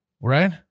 right